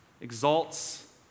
exalts